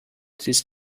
these